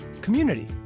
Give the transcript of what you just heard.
community